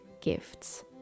gifts